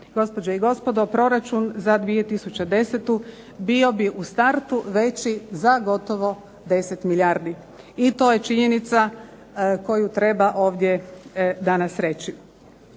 gospođe i gospodo, proračun za 2010. bio bi u startu veći za gotovo 10 milijardi i to je činjenica koju treba ovdje danas reći.